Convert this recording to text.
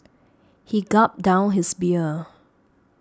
he gulped down his beer